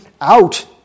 out